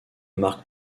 marque